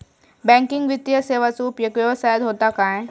Banking वित्तीय सेवाचो उपयोग व्यवसायात होता काय?